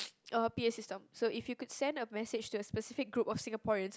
uh P_A system so if you could send a message to a specific group of Singaporeans